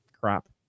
crap